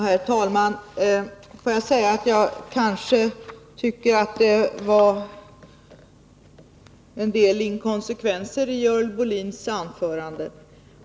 Herr talman! Jag tycker att det fanns en del inkonsekvenser i Görel Bohlins anförande.